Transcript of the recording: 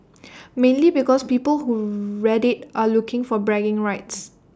mainly because people who read IT are looking for bragging rights